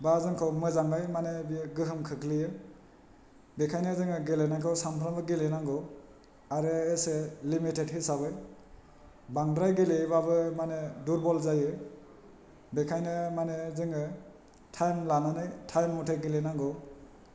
बा जोंखौ मोजाङै माने बेयो गोहोम खोख्लैयो बेखायनो जोङो गेलेनायखौ सानफ्रामबो गेलेनांगौ आरो एसे लिमिटेड हिसाबै बांद्राय गेलेयोबाबो माने दुरबल जायो बेखायनो माने जोङो टाइम लानानै टाइम मथे गेलेनांगौ